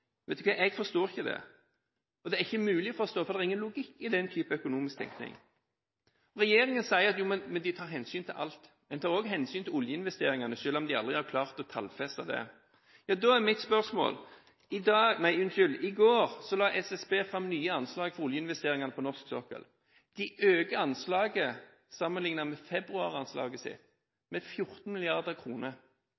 Vet du hva, jeg forstår ikke det. Det er ikke mulig å forstå, for det er ingen logikk i den type økonomisk tenkning. Regjeringen sier at de tar hensyn til alt. En tar også hensyn til oljeinvesteringene, selv om de aldri har klart å tallfeste det. Da er mitt spørsmål følgende: 18. juni la SSB fram nye anslag for oljeinvesteringene på norsk sokkel. De øker anslaget sammenlignet med februar-anslaget sitt